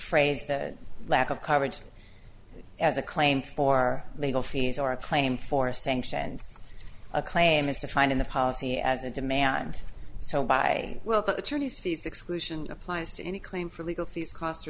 phrase the lack of coverage as a claim for legal fees or a claim for sanctions a claim is defined in the policy as a demand so by we'll put attorneys fees exclusion applies to any claim for legal fees cost